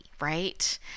right